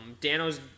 Dano's